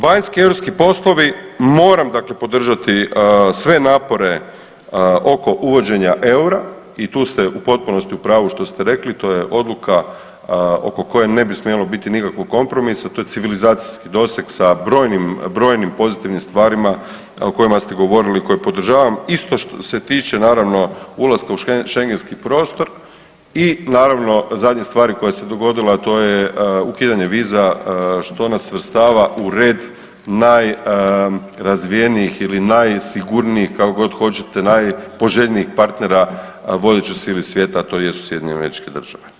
Vanjski i europski poslovi, moram dakle podržati sve napore oko uvođenja EUR-a i tu ste u potpunosti u pravu što ste rekli, to je odluka oko koje ne bi smjelo biti nikakvog kompromisa, to je civilizacijski doseg sa brojnim pozitivnim stvarima o kojima ste govorili koje podržavam i što se tiče naravno ulaska u schengenski prostor i naravno zadnje stvari koja se dogodila, a to je ukidanje viza što nas svrstava u red najrazvijenijih ili najsigurnijih kako god hoćete, najpoželjnijih partnera vodećoj sili svijeta tj. SAD.